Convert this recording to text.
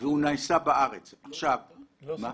לוסרטן?